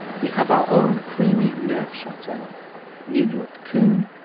we have our own creamy neufchatel, new york coon,